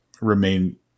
remain